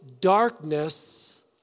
darkness